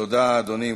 תודה, אדוני.